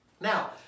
Now